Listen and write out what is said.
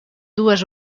dues